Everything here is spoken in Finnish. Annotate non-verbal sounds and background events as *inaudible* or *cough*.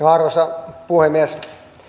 *unintelligible* arvoisa puhemies